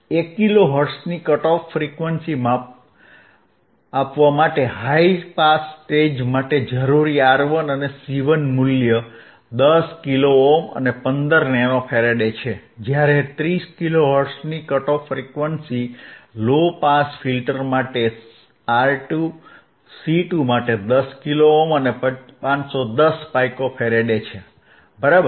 1 kilo હર્ટ્ઝની cut off frequency આપવા માટે હાઇ પાસ સ્ટેજ માટે જરૂરી R1 અને C1 મૂલ્ય 10 કિલો ઓહ્મ અને 15 નેનો ફેરેડે છે જ્યારે 30 કિલો હર્ટ્ઝની cut off frequency low pass filter માટે R2 C2 માટે 10 કિલો ઓહ્મ અને 510 પાઇકો ફેરેડે છે બરાબર